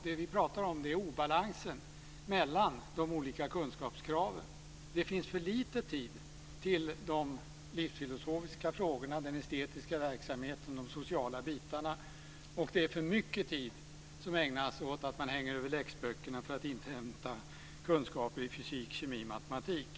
Det vi talar om är obalansen mellan de olika kunskapskraven. Det finns för lite tid till de livsfilosofiska frågorna, den estetiska verksamheten och de sociala bitarna. Det är för mycket tid som ägnas åt att ungdomar hänger över läxböckerna för att få kunskaper i fysik, kemi och matematik.